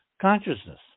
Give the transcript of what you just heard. Consciousness